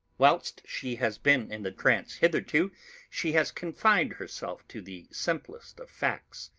whilst she has been in the trance hitherto she has confined herself to the simplest of facts.